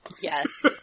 Yes